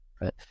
Right